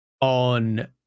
on